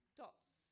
dots